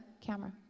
camera